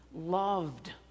loved